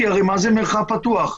שהרי מה זה מרחב פתוח?